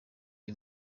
uyu